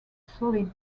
solid